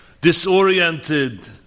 disoriented